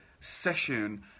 session